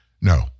No